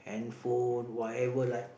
handphone whatever like